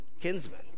kinsmen